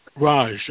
Raj